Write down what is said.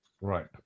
Right